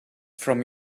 from